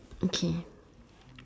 okay